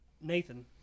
Nathan